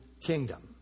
kingdom